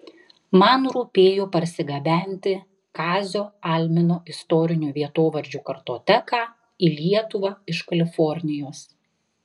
man rūpėjo parsigabenti kazio almino istorinių vietovardžių kartoteką į lietuvą iš kalifornijos